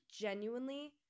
genuinely